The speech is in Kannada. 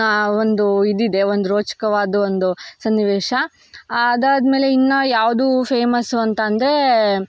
ಒಂದು ಇದಿದೆ ಒಂದು ರೋಚಕವಾದ ಒಂದು ಸನ್ನಿವೇಶ ಅದಾದಮೇಲೆ ಇನ್ನು ಯಾವುದು ಫೇಮಸ್ಸು ಅಂತ ಅಂದರೆ